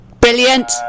Brilliant